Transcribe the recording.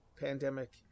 pandemic